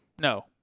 No